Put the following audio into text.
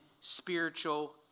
spiritual